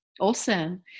Awesome